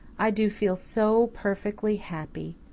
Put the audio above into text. i do feel so perfectly happy,